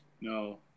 No